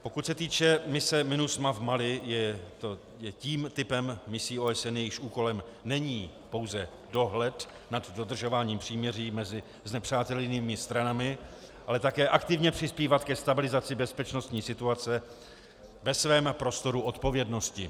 Pokud se týče mise MINUSMA v Mali, je tím typem misí OSN, jejichž úkolem není pouze dohled nad dodržováním příměří mezi znepřátelenými stranami, ale také aktivně přispívat ke stabilizaci bezpečnostní situace ve svém prostoru odpovědnosti.